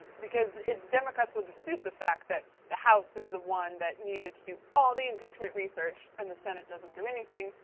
because if democrats will dispute the fact that the house is the one that needed to do all the impeachment research and the senate doesn't do anything,